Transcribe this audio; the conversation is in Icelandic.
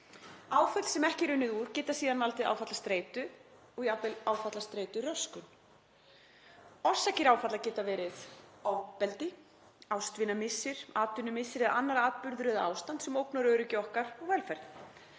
Áföll sem ekki er unnið úr geta síðan valdið áfallastreitu og jafnvel áfallastreituröskun. Orsakir áfalla geta verið ofbeldi, ástvinamissir, atvinnumissir eða annar atburður eða ástand sem ógnar öryggi okkar og velferð.